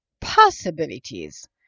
possibilities